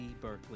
Berkeley